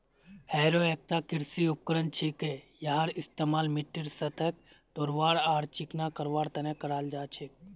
harrow एकता कृषि उपकरण छिके यहार इस्तमाल मिट्टीर सतहक तोड़वार आर चिकना करवार तने कराल जा छेक